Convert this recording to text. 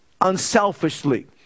unselfishly